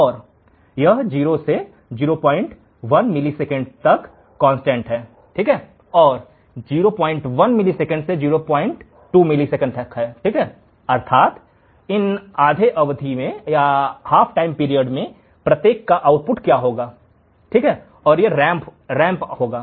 और यह 0 से 01 मिलीसेकंड तक कांस्टेंट है और 01 मिलीसेकंड से 02 मिलीसेकंड तक है अर्थात इन हाफ पीरियड में से प्रत्येक का आउटपुट क्या है यह रैंप होगा